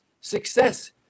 success